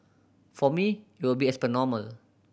for me it will be as per normal